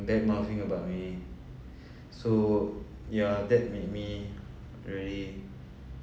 badmouthing about me so ya that made me really